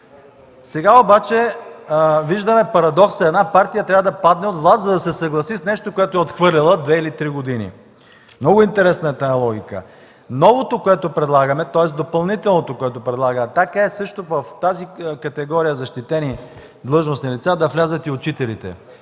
Сега обаче виждаме парадокса – една партия трябва да падне от власт, за да се съгласи с нещо, което е отхвърляла 2 или 3 години. Много интересна е тази логика. Новото, което предлагаме, тоест допълнителното, което предлага „Атака”, е в тази категория защитени длъжностни лица да влязат и учителите,